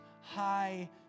High